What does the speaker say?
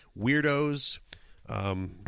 weirdos